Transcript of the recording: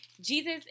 Jesus